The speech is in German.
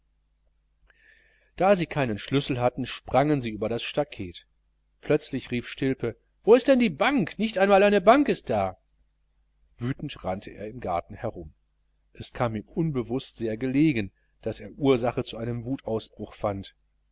da sie keinen schlüssel hatten sprangen sie über das stacket plötzlich rief stilpe wo ist denn die bank nicht einmal eine bank ist da wütend rannte er im garten herum es kam ihm unbewußt sehr gelegen daß er ursache zu einem wutausbruch fand